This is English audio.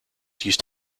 used